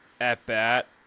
at-bat